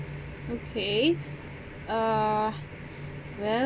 okay uh well